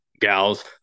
gals